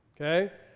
Okay